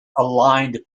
aligned